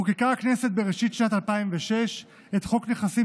חוקקה הכנסת בראשית שנת 2006 את חוק נכסים